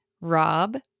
Rob